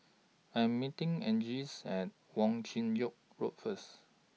I Am meeting Angeles At Wong Chin Yoke Road First